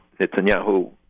Netanyahu